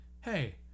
Hey